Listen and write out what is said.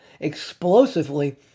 explosively